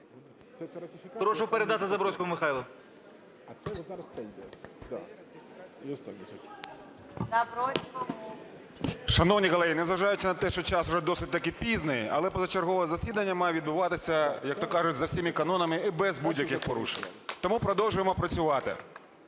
Прошу передати Забродському Михайлу. 21:17:48 ЗАБРОДСЬКИЙ М.В. Шановні колеги, незважаючи на те, що час вже досить пізній, але позачергове засідання має відбуватися, як то кажуть, за всіма канонами, без будь-яких порушень. Тому продовжуємо працювати.